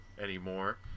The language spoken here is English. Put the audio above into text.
anymore